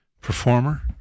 performer